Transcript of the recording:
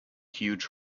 huge